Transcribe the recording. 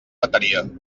bateria